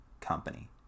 company